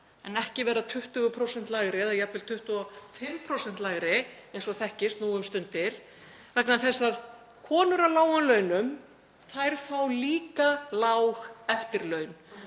en ekki vera 20% lægri, eða jafnvel 25% lægri eins og þekkist nú um stundir, vegna þess að konur á lágum launum fá líka lág eftirlaun.